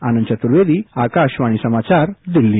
आनंद चतुर्वेदी आकाशवाणी समाचार दिल्ली